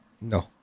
No